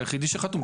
הוא היחידי שחתום.